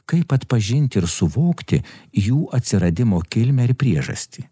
kaip atpažinti ir suvokti jų atsiradimo kilmę ir priežastį